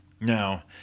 Now